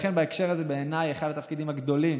לכן, בהקשר הזה, בעיניי, אחד התפקידים הגדולים